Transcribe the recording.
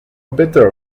better